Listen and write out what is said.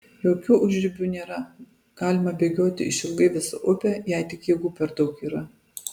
jokių užribių nėra galima bėgioti išilgai visą upę jei tik jėgų per daug yra